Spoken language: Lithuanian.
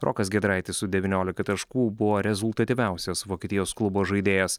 rokas giedraitis su devyniolika taškų buvo rezultatyviausias vokietijos klubo žaidėjas